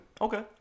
Okay